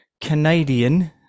Canadian